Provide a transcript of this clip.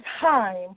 time